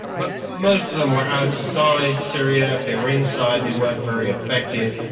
but most of them were outside syria, if they were inside they weren't very effective.